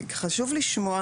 חשוב לשמוע.